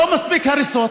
לא מספיק הריסות,